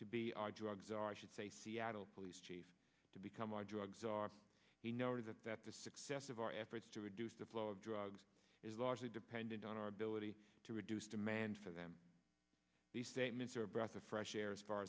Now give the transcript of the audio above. to be our drugs our should say seattle police chief to become our drugs are he noted that the success of our efforts to reduce the flow of drugs is largely dependent on our ability to reduce demand for them these statements are a breath of fresh air as far